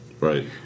Right